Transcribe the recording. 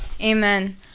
amen